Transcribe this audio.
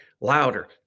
louder